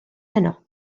heno